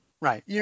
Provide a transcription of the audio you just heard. right